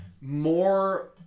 more